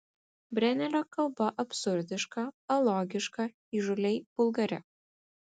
brenerio kalba absurdiška alogiška įžūliai vulgari